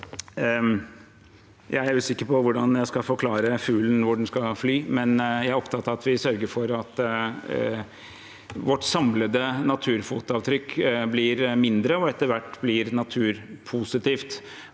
Jeg er usikker på hvordan jeg skal forklare fuglen hvor den skal fly, men jeg er opptatt av at vi sørger for at vårt samlede naturfotavtrykk blir mindre og etter hvert naturpositivt.